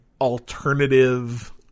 alternative